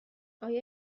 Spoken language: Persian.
آیا